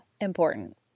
important